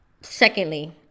Secondly